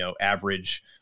average